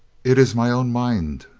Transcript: it is my own mind.